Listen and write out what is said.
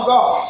God